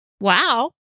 Wow